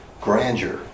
grandeur